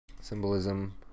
symbolism